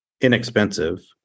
inexpensive